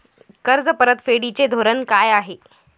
कर्ज परतफेडीचे धोरण काय आहे?